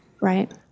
Right